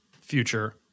future